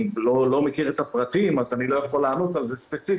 אני לא מכיר את הפרטים אז אני לא יכול לענות על זה ספציפית.